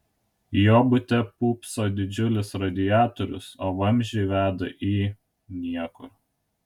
jo bute pūpso didžiulis radiatorius o vamzdžiai veda į niekur